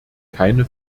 keine